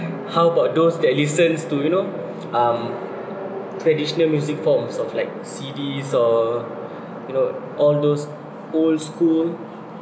how about those that listen to you know um traditional music forms of like C Ds or you know all those old school